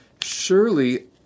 Surely